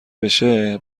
بشه